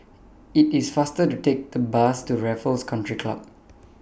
IT IS faster to Take The Bus to Raffles Country Club